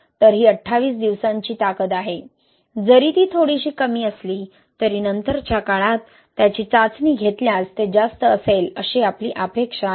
तर ही 28 दिवसांची ताकद आहे जरी ती थोडीशी कमी असली तरी नंतरच्या काळात त्याची चाचणी घेतल्यास ते जास्त असेल अशी आपली अपेक्षा आहे